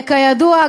כידוע,